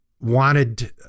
wanted